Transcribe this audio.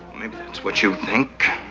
maybe that's what you think.